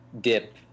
dip